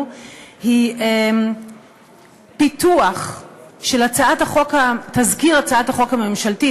היא פיתוח של תזכיר הצעת החוק הממשלתית,